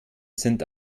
sind